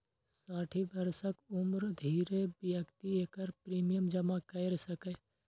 साठि वर्षक उम्र धरि व्यक्ति एकर प्रीमियम जमा कैर सकैए